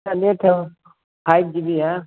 five G B है